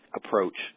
approach